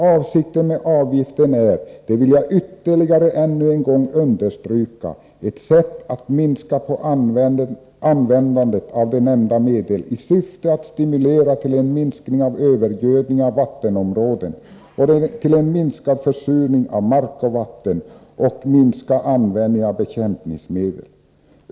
Avsikten med avgiften är — det vill jag ännu en gång understryka — att åstadkomma en minskning av användandet av de nämnda medlen i syfte att stimulera till en minskning av övergödningen av vattenområden, av försurningen av mark och vatten samt av användningen av bekämpningsmedel.